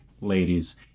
ladies